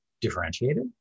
differentiated